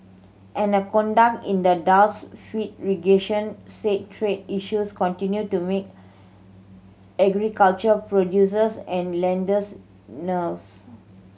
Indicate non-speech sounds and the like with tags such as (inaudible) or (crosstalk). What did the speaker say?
and a contact in the Dallas Fed region said trade issues continue to make agricultural producers and lenders (unintelligible)